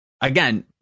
Again